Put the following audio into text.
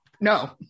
no